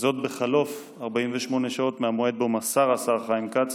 בחלוף 48 שעות מהמועד שבו מסר השר חיים כץ